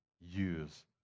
use